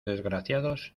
desgraciados